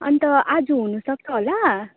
अन्त आज हुनसक्छ होला